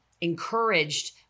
encouraged